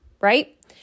right